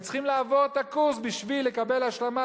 הם צריכים לעבור את הקורס בשביל לקבל השלמה,